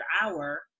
hour